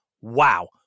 wow